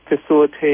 facilitate